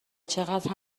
چقدر